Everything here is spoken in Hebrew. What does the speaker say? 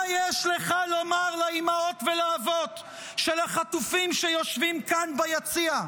מה יש לך לומר לאימהות ולאבות של החטופים שיושבים כאן ביציע?